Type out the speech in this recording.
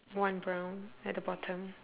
one brown at the bottom